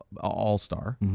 all-star